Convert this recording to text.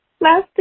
last